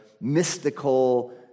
mystical